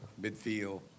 midfield